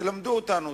תלמדו אותנו,